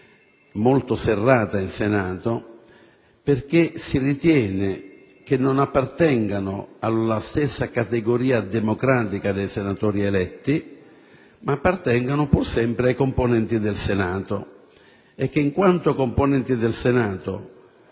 serrata in Senato perché si ritiene che non appartengono alla stessa categoria democratica dei senatori eletti, ma appartengono pur sempre ai componenti del Senato e che, in quanto componenti del Senato,